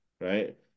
right